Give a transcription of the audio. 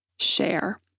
share